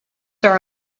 are